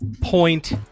point